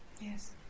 Yes